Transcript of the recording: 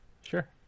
sure